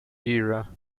era